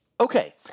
Okay